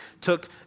took